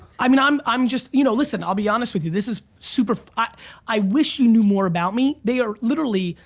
i mean i'm i'm just, you know listen i'll be honest with you, this is super, i wish you knew more about me. they are literally,